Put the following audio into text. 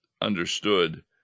understood